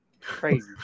crazy